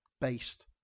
based